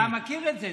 אתה מכיר את זה.